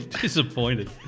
disappointed